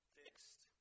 fixed